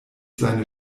seine